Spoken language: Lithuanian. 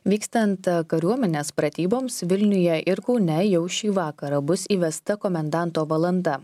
vykstant kariuomenės pratyboms vilniuje ir kaune jau šį vakarą bus įvesta komendanto valanda